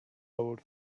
award